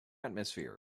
atmosphere